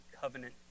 covenant